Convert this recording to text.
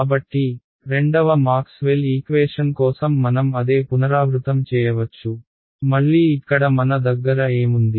కాబట్టి రెండవ Maxwell equation కోసం మనం అదే పునరావృతం చేయవచ్చు మళ్ళీ ఇక్కడ మన దగ్గర ఏముంది